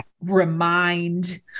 remind